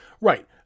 Right